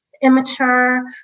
immature